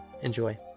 Enjoy